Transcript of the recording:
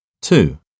Two